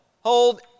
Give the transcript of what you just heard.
hold